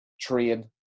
train